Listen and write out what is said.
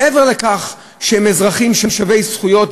מעבר לכך שהם אזרחים שווי זכויות,